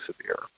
severe